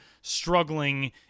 struggling